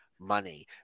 money